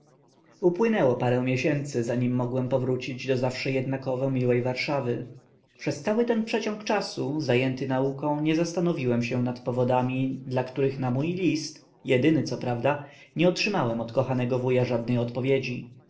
upłynęło parę miesięcy zanim mogłem powrócić do zawsze jednakowo miłej warszawy przez cały ten przeciąg czasu zajęty nauką nie zastanowiłem się nad powodami dla których na mój list jedyny co prawda nie otrzymałem od kochanego wuja żadnej odpowiedzi